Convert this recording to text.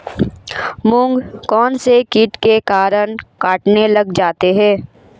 मूंग कौनसे कीट के कारण कटने लग जाते हैं?